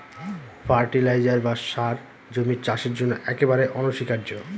fertiliser বা সার জমির চাষের জন্য একেবারে অনস্বীকার্য